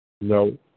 No